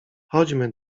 chodźmy